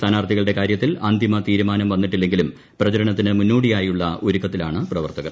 സ്ഥാനാർത്ഥികളുട്ട് കാര്യത്തിൽ അന്തിമ തീരുമാനം വന്നിട്ടില്ലെങ്കിലും മുന്നോടിയായുള്ള ഒരുക്കത്തിലാണ് പ്രവർത്തകർ